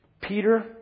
Peter